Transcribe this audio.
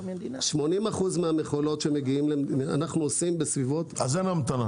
80% מהמכולות שמגיעות אנחנו עושים -- אז אין המתנות,